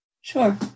Sure